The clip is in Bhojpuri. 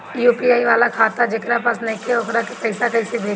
यू.पी.आई वाला खाता जेकरा पास नईखे वोकरा के पईसा कैसे भेजब?